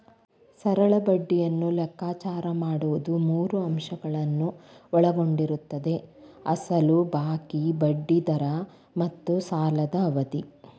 ಸರಳ ಬಡ್ಡಿಯನ್ನು ಲೆಕ್ಕಾಚಾರ ಮಾಡುವುದು ಮೂರು ಅಂಶಗಳನ್ನು ಒಳಗೊಂಡಿರುತ್ತದೆ ಅಸಲು ಬಾಕಿ, ಬಡ್ಡಿ ದರ ಮತ್ತು ಸಾಲದ ಅವಧಿ